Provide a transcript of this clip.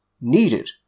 needed